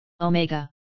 Omega